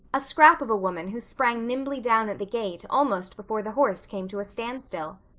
a scrap of a woman who sprang nimbly down at the gate almost before the horse came to a standstill.